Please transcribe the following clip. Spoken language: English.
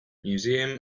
museum